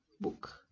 book